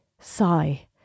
sigh